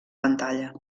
pantalla